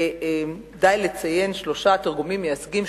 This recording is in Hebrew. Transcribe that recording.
די לציין שלושה תרגומים מייצגים,